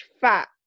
fat